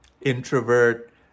introvert